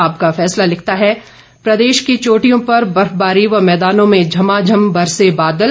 आपका फैसला लिखता है प्रदेश की चोटियों पर बर्फबारी व मैदानों में झमाझम बरसे बादल